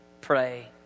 pray